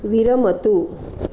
विरमतु